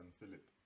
philip